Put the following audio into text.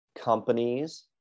companies